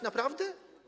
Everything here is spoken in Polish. Naprawdę?